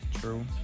True